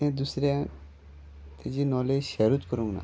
तें दुसरें तेजी नॉलेज शॅरूच करूंक ना